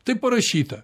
taip parašyta